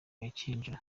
gakinjiro